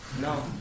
No